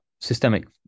systemic